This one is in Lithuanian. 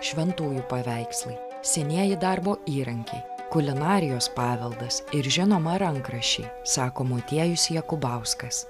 šventųjų paveikslai senieji darbo įrankiai kulinarijos paveldas ir žinoma rankraščiai sako motiejus jakubauskas